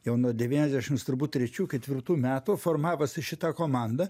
jau nuo devyniasdešims turbūt trečių ketvirtų metų formavosi šita komanda